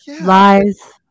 lies